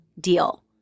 Deal